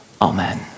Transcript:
amen